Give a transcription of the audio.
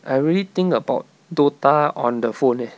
I really think about dota on the phone leh